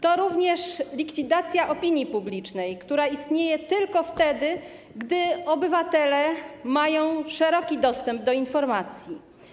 To również likwidacja opinii publicznej, która istnieje tylko wtedy, gdy obywatele mają szeroki dostęp do informacji.